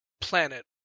planet